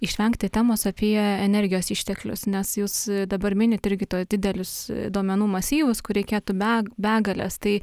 išvengti temos apie energijos išteklius nes jūs dabar minit irgi tuos didelius duomenų masyvus kur reikėtų be begalės tai